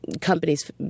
companies